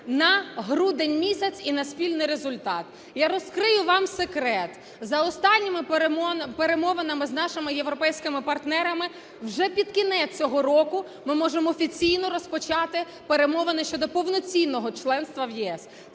на грудень місяць, і на спільний результат. Я розкрию вам секрет. За останніми перемовинами з нашими європейськими партнерами вже під кінець цього року ми можемо офіційно розпочати перемовини щодо повноцінного членства в ЄС.